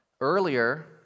Earlier